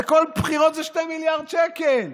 כל בחירות זה 2 מיליארד שקל.